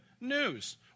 news